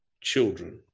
children